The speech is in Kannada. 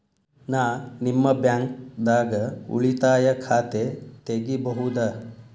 ನಾ ನಿಮ್ಮ ಬ್ಯಾಂಕ್ ದಾಗ ಉಳಿತಾಯ ಖಾತೆ ತೆಗಿಬಹುದ?